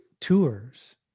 tours